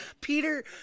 Peter